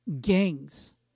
gangs